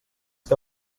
que